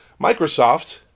Microsoft